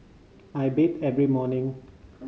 I bathe every morning